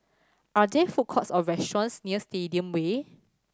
are there food courts or restaurants near Stadium Way